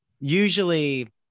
usually